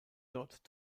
dort